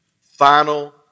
Final